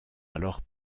alors